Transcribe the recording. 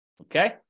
Okay